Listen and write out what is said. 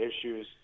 issues